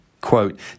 Quote